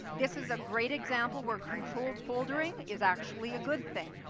this is a great example where controlled foldering is actually a good thing,